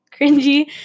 cringy